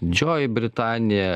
didžioji britanija